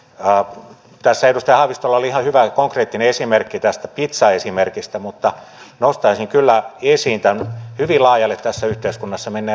tässä edustaja haavistolla oli ihan hyvä ja konkreettinen esimerkki tämä pitsaesimerkki mutta nostaisin kyllä esiin tämän hyvin laajalle tässä yhteiskunnassa menneen rakenteellisen korruption